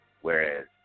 whereas